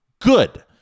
Good